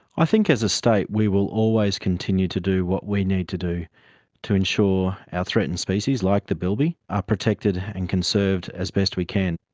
i think as a state we will always continue to do what we need to do to ensure our threatened species like the bilby are protected and conserved as best we can.